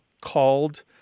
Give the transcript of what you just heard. called